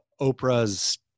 Oprah's